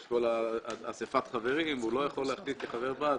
יש את אסיפת החברים והוא לא יכול להחליט כחבר ועד,